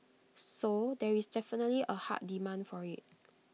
so there is definitely A hard demand for IT